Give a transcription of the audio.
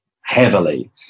heavily